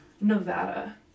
Nevada